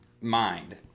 mind